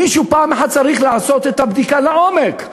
מישהו פעם אחת צריך לעשות את הבדיקה לעומק,